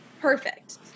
Perfect